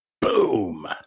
Boom